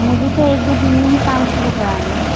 مجھے تو ایک دو دن میں ہی کام شروع کرانا ہے